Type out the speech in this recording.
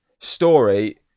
story